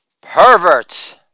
perverts